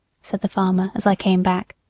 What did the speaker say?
said the farmer as i came back.